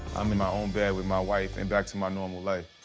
i'm in my own bed with my wife and back to my normal life.